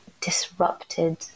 disrupted